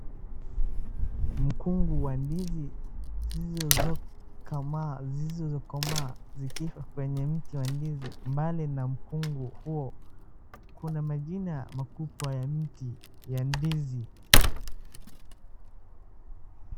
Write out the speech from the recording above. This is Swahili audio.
Mkungu wa ndizi zilizokomaa zikiwa kwenye mti wa ndizi, mbali na mkungu huo kuna majina makubwa ya mti ya ndizi.